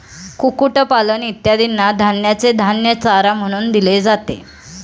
कुक्कुटपालन इत्यादींना धान्याचे धान्य चारा म्हणून दिले जाते